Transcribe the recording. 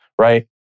right